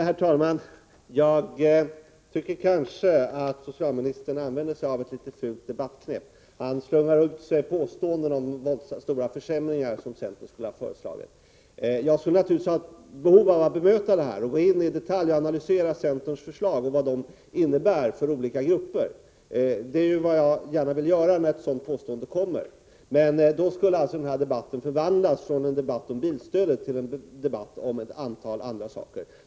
Herr talman! Jag tycker att socialministern använder sig av ett litet fult debattknep, när han slungar ut påståenden om de stora försämringar som centern skulle ha föreslagit. Jag känner naturligtvis ett behov av att bemöta dessa påståenden, att gå in i detalj och analysera centerns förslag och redovisa vad de innebär för olika grupper. Det är naturligtvis vad jag gärna vill göra när sådana här påståenden kommer, men då skulle denna debatt förvandlas från en debatt om bilstödet till en debatt om ett antal andra saker.